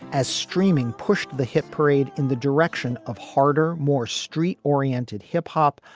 as streaming pushed the hit parade in the direction of harder, more street oriented hip hop,